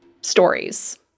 stories